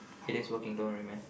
it is working don't worry man